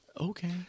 Okay